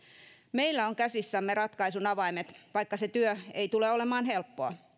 meillä on käsissämme ratkaisun avaimet vaikka se työ ei tule olemaan helppoa